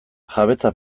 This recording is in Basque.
jabetza